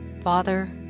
Father